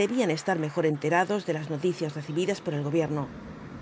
debían estar mejor enterados de las noticias recibidas por el gobierno